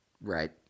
Right